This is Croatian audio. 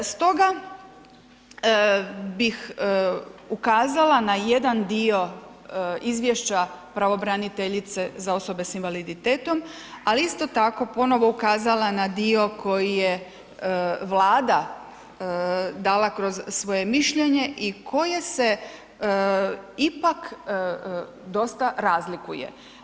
Stoga bih ukazala na jedan dio izvješća pravobraniteljice za osobe sa invaliditetom ali isto tako ponovno ukazala na dio koji je Vlada dala kroz svoje mišljenje i koje se pak dosta razlikuje.